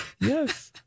Yes